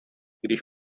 když